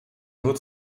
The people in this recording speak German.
nur